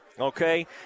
okay